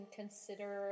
consider